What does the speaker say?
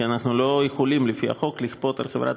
כי אנחנו לא יכולים לפי החוק לכפות על חברת